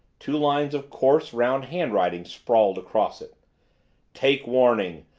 two lines of coarse, round handwriting sprawled across it take warning!